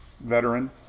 veteran